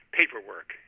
paperwork